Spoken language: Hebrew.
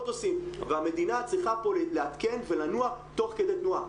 המדינה צריכה פה לעדכן ולנוע תוך כדי תנועה.